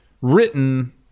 written